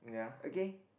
okay